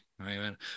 Amen